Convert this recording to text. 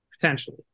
potentially